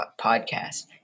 podcast